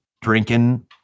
drinking